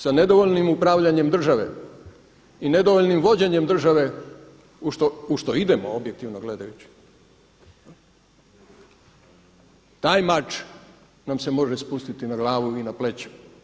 Sa nedovoljnim upravljanjem države i nedovoljnim vođenjem države u što idemo objektivno gledajući taj mač nam se može spustiti na glavu i na pleća.